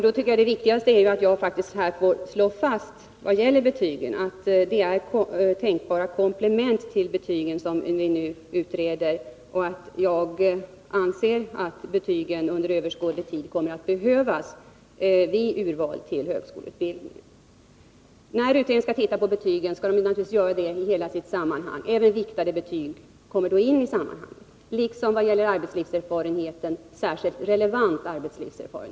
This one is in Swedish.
Det viktigaste är att jag här vad gäller betygen får slå fast att det är tänkbara komplement till betygen som vi nu skall utreda, och att jag anser att betyg under överskådlig tid kommer att behövas vid urval till högskoleutbildning. När utredningen skall pröva betygen skall det naturligtvis göras i ett större sammanhang. Även viktade betyg kommer då in i sammanhanget — liksom i vad gäller arbetslivserfarenhet särskilt relevant sådan.